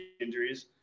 injuries